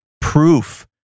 proof